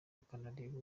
bakanareba